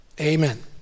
amen